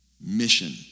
Mission